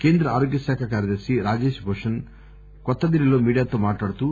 కేంద్ర ఆరోగ్య శాఖ కార్యదర్శి రాజేష్ భూషణ్ కొత్తడిల్లీలో మీడియాతో మాట్లాడుతూ